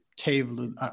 table